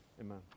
Amen